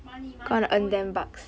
money money roll in